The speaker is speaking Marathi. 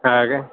हा काय